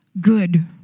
good